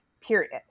period